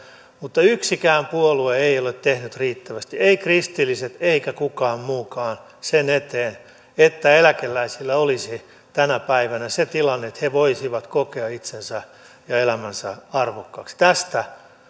mutta yksikään puolue ei ole tehnyt riittävästi ei kristilliset eikä kukaan muukaan sen eteen että eläkeläisillä olisi tänä päivänä se tilanne että he voisivat kokea itsensä ja elämänsä arvokkaaksi tästä